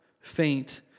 faint